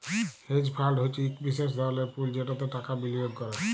hedge fund হছে ইক বিশেষ ধরলের পুল যেটতে টাকা বিলিয়গ ক্যরে